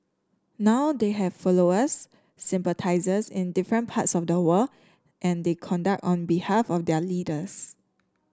now they have followers sympathisers in different parts of the world and they conduct on behalf of their leaders